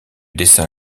dessin